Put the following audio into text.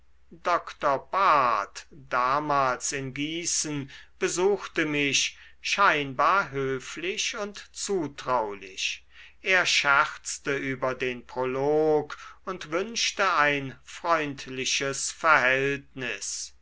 doktor bahrdt damals in gießen besuchte mich scheinbar höflich und zutraulich er scherzte über den prolog und wünschte ein freundliches verhältnis